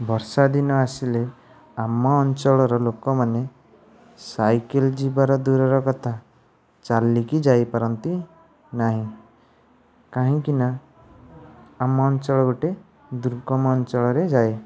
ବର୍ଷାଦିନ ଆସିଲେ ଆମ ଅଞ୍ଚଳର ଲୋକମାନେ ସାଇକେଲ୍ ଯିବାର ଦୂରର କଥା ଚାଲିକି ଯାଇପାରନ୍ତି ନାହିଁ କାହିଁକି ନାଁ ଆମ ଅଞ୍ଚଳ ଗୋଟିଏ ଦୁର୍ଗମ ଅଞ୍ଚଳରେ ଯାଏ